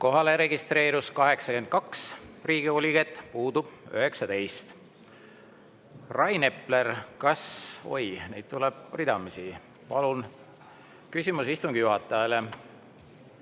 Kohalolijaks registreerus 82 Riigikogu liiget, puudub 19.Rain Epler, kas ... Oi, neid tuleb ridamisi. Palun, küsimus istungi juhatajale!